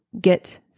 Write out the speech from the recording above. get